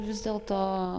vis dėlto